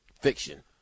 Fiction